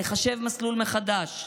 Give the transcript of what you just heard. לחשב מסלול מחדש.